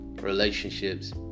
relationships